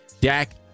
dak